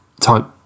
type